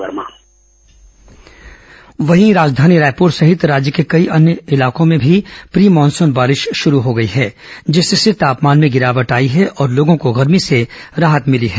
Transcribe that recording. वहीं राजधानी रायपुर सहित राज्य के कई अन्य इलाकों में भी प्री मानसून बारिश शुरू हो गई है जिससे तापमान में गिरावट आई है और लोगों को गर्मी से राहत मिली है